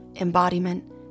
embodiment